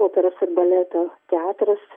operos ir baleto teatras